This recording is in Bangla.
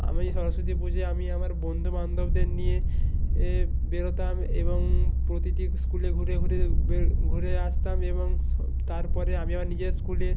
আমি সরস্বতী পুজোয় আমি আমার বন্ধু বান্ধবদের নিয়ে এ বেরোতাম এবং প্রতিটি স্কুলে ঘুরে ঘুরে বে ঘুরে আসতাম এবং সো তারপরে আমি আমার নিজের স্কুলে